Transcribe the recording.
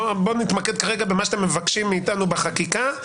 בוא נתמקד כרגע במה שאתם מבקשים מאיתנו בחקיקה,